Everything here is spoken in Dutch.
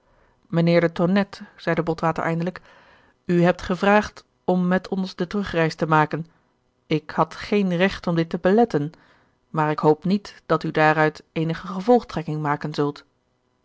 mijnheer de tonnette zeide botwater eindelijk u hebt gevraagd om met ons de terugreis te maken ik had geen recht om dit te beletten maar ik hoop niet dat u daaruit eenige gevolgtrekking maken zult